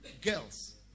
Girls